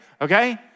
Okay